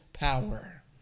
Power